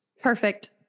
Perfect